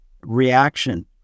reaction